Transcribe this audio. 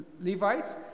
Levites